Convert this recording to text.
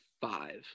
five